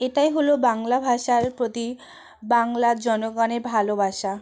এটাই হলো বাংলা ভাষার প্রতি বাংলার জনগণের ভালোবাসা